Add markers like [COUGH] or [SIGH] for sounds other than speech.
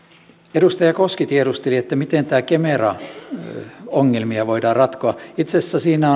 edustaja koski tiedusteli miten kemera ongelmia voidaan ratkoa itse asiassa siinä [UNINTELLIGIBLE]